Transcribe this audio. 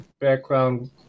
background